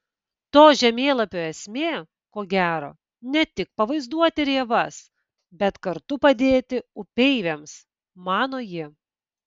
to žemėlapio esmė ko gero ne tik pavaizduoti rėvas bet kartu padėti upeiviams mano ji